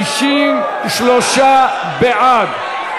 לשנת 2015. מי בעד?